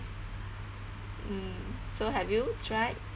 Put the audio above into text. mm so have you tried